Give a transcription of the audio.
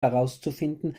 herauszufinden